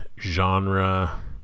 genre